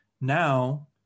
Now